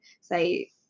say